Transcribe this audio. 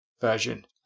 version